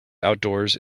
outdoors